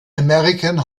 american